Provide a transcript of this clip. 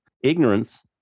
ignorance